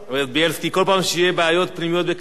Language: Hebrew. כל פעם שיהיו בעיות פנימיות בקדימה תקרא לי,